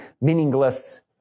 meaningless